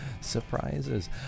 Surprises